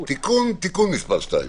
שעה) (הגבלת השהייה במרחב הציבורי והגבלת פעילות)(תיקון מס' 5),